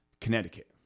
Connecticut